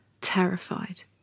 terrified